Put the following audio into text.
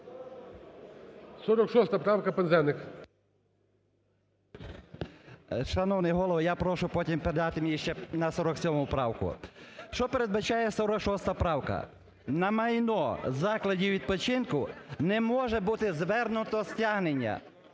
ПИНЗЕНИК В.М. Шановний голово, я прошу потім передати мені ще на 47 правку. Що передбачає 46 правка: на майно закладів відпочинку не може бути звернуто стягнення.